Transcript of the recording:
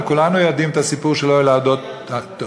הרי כולנו יודעים את הסיפור של "אוהל הדוד תום".